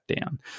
down